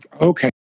Okay